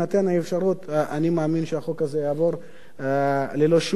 אני מאמין שהחוק הזה יעבור ללא שום בעיה,